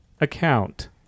account